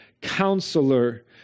counselor